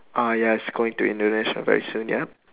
ah yes going to Indonesia very soon ya